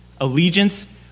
allegiance